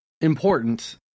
important